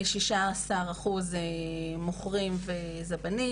16% מהם הם מוכרים וזבנים,